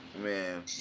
Man